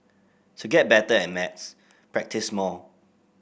to get better at maths practise more